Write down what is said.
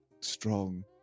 strong